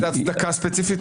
איזה הצדקה ספציפית?